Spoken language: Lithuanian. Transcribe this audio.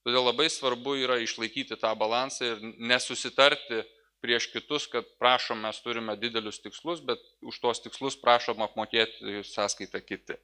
todėl labai svarbu yra išlaikyti tą balansą ir nesusitarti prieš kitus kad prašom mes turime didelius tikslus bet už tuos tikslus prašom apmokėti sąskaitą kiti